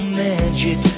magic